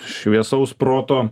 šviesaus proto